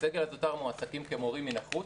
הסגל הזוטר מועסקים כמורים מן החוץ,